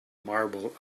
marble